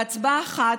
בהצבעה אחת,